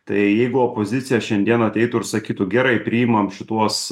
tai jeigu opozicija šiandieną ateitų ir sakytų gerai priimam šituos